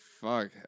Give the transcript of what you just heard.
Fuck